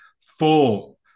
full